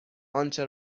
آنچه